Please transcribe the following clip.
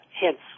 hints